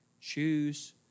choose